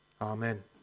amen